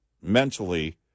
mentally